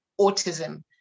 autism